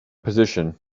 position